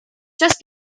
just